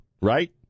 Right